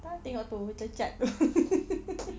entah tengok itu cacat